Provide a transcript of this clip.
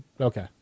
Okay